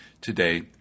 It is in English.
today